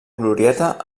glorieta